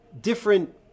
different